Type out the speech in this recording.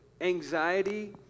anxiety